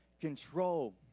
control